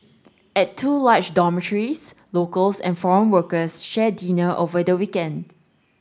at two large dormitories locals and foreign workers share dinner over the weekend